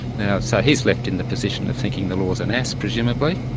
now so he's left in the position of thinking the law's an ass presumably,